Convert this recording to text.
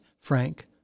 Frank